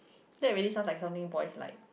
that's really sound like something boys like